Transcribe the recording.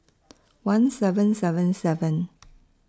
one seven seven seven